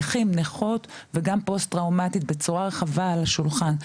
נכים/נכות וגם פוסט טראומטית בצורה רחבה על השולחן.